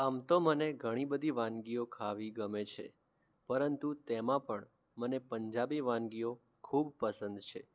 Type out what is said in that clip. આમ તો મને ઘણી બધી વાનગીઓ ખાવી ગમે છે પરંતુ તેમાં પણ મને પંજાબી વાનગીઓ ખૂબ પસંદ છે